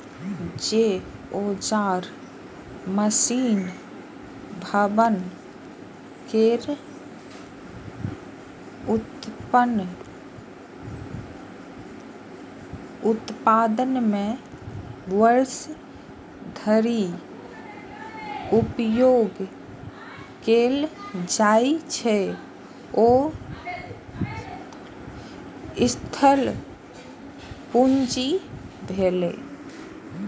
जे औजार, मशीन, भवन केर उत्पादन मे वर्षों धरि उपयोग कैल जाइ छै, ओ स्थिर पूंजी भेलै